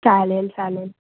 चालेल चालेल